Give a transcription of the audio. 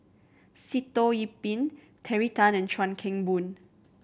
Sitoh Yih Pin Terry Tan and Chuan Keng Boon